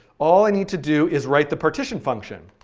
all i need to do is write the partition function.